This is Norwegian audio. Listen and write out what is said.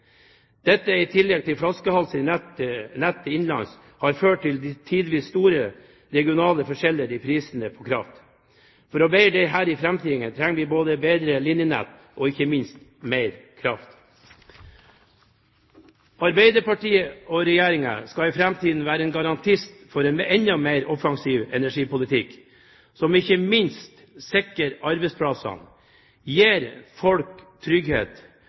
dette tidvis ført til store regionale forskjeller i prisene på kraft. For å bedre dette i framtiden trenger vi både bedre linjenett og ikke minst mer kraft. Arbeiderpartiet og Regjeringen skal i framtiden være garantist for en enda mer offensiv energipolitikk, som ikke minst sikrer arbeidsplassene og gir folk trygghet